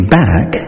back